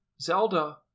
Zelda